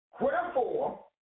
Wherefore